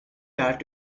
hard